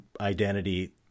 identity